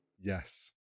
Yes